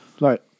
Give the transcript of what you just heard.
Right